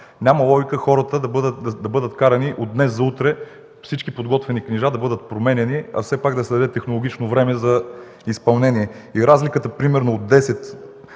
няма логика хората да бъдат карани от днес за утре всички подготвени книжа да ги променят, а все пак да се даде технологично време за изпълнение. Разликата примерно от 10